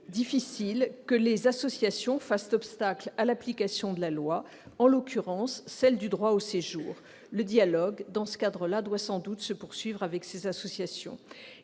que des associations fassent obstacle à l'application de la loi, en l'occurrence celle du droit au séjour. Le dialogue doit donc sans doute se poursuivre avec ces associations.